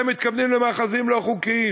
אתם מתכוונים למאחזים לא חוקיים.